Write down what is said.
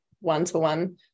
one-to-one